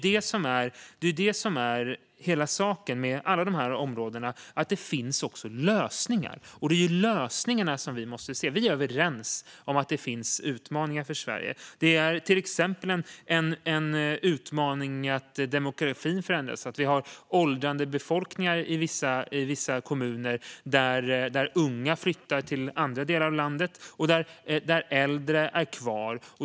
Det är detta som är hela saken med alla dessa områden - att det också finns lösningar. Det är ju lösningarna vi måste se. Vi är överens om att det finns utmaningar för Sverige. Det är till exempel en utmaning att demografin förändras och att vi har en åldrande befolkning i vissa kommuner, där de unga flyttar till andra delar av landet och de äldre är kvar.